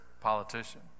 politician